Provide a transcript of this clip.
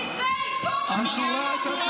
לך יש מעל 50 כתבי אישום ושמונה הרשעות.